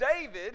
David